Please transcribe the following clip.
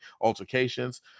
altercations